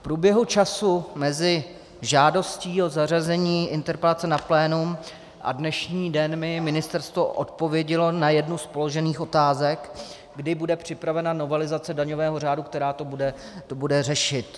V průběhu času mezi žádostí o zařazení interpelace na plénum a dnešní den mi ministerstvo odpovědělo na jednu z položených otázek, kdy bude připravena novelizace daňového řádu, která to bude řešit.